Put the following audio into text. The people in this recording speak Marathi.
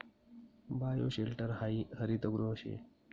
बायोशेल्टर हायी हरितगृह शे